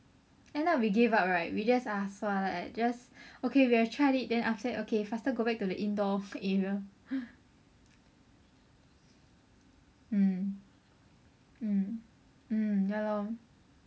end up we gave up right we just ah sua lah just okay we have tried it then after that okay faster go back to the indoor area mm mm mm ya lor